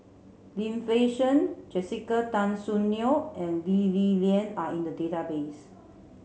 Lim Fei Shen Jessica Tan Soon Neo and Lee Li Lian are in the database